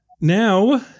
Now